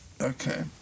Okay